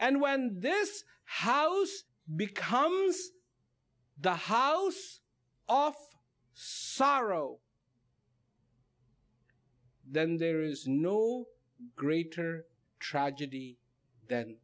and when this house becomes the house off sorrow then there is no greater tragedy th